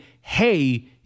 hey